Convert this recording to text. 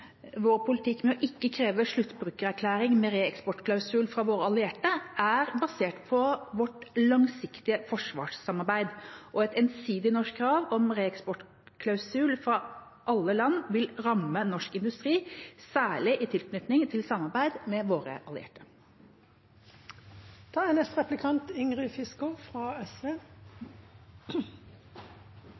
Vår politikk med å ikke kreve sluttbrukererklæring med reeksportklausul fra våre allierte er basert på vårt langsiktige forsvarssamarbeid, og et ensidig norsk krav om reeksportklausul fra alle land vil ramme norsk industri, særlig i tilknytning til samarbeid med våre allierte. Utanriksministeren seier i sitt innlegg at regjeringa er